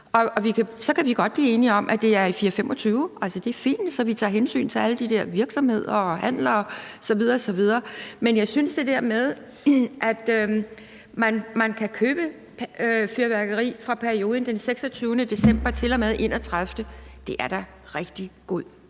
mødes, kan vi godt blive enige om, at det er i 2024-25; det er fint, så vi tager hensyn til alle de der virksomheder og handler osv. osv. Men jeg synes, at det der med, at man kan købe fyrværkeri fra perioden 26. december til og med 31. december, da er rigtig god